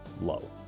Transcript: low